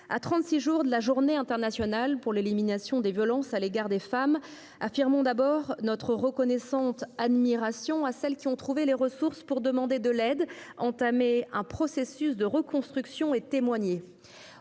jours de la Journée internationale pour l'élimination des violences à l'égard des femmes, affirmons d'abord notre reconnaissante admiration à celles qui ont trouvé les ressources pour demander de l'aide, entamer un processus de reconstruction et témoigner.